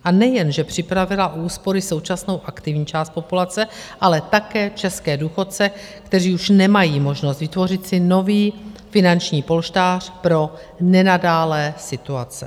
A nejen že připravila o úspory současnou aktivní část populace, ale také české důchodce, kteří už nemají možnost vytvořit si nový finanční polštář pro nenadále situace.